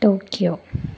Tokyo